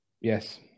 yes